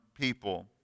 people